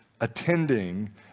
attending